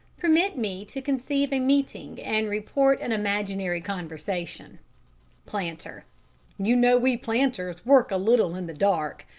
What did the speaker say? permit me to conceive a meeting and report an imaginary conversation planter you know we planters work a little in the dark.